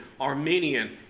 Armenian